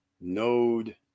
Node